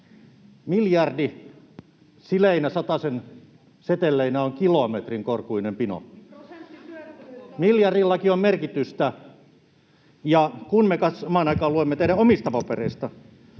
Miljardi sileinä satasen seteleinä on kilometrin korkuinen pino. [Anne Kalmarin välihuuto] Miljardillakin on merkitystä. Ja kun me samaan aikaan luemme teidän omista papereistanne,